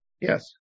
yes